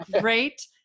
great